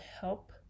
help